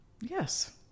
Yes